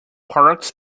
parks